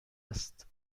است